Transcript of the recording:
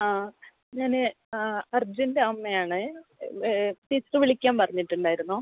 ആ ഞാൻ അർജ്ജുൻ്റെ അമ്മയാണ് ടീച്ചറ് വിളിക്കാൻ പറഞ്ഞിട്ടുണ്ടായിരുന്നോ